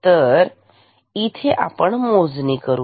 तर इथे आपण मोजणी करू